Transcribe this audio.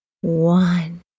One